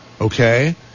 okay